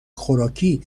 خوراکی